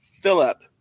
Philip